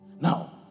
Now